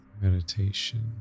meditation